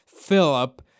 Philip